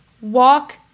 walk